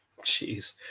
Jeez